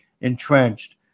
entrenched